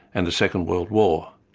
and the second world war.